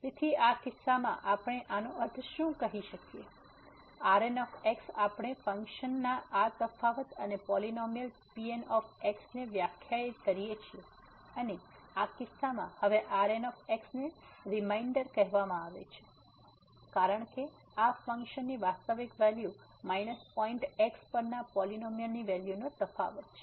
તેથી આ કિસ્સામાં આપણે આનો અર્થ શું કહીએ છીએ Rn આપણે ફંક્શનના આ તફાવત અને પોલીનોમીઅલ Pn ને વ્યાખ્યાયિત કરીએ છીએ અને આ કિસ્સામાં હવે Rn ને રીમેંડર કહેવામાં આવે છે આ કારણ કે આ ફંક્શન ની વાસ્તવિક વેલ્યુ માઈનસ પોઈન્ટ x પરના પોલીનોમીઅલ વેલ્યુ નો તફાવત છે